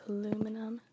Aluminum